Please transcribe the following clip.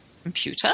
computer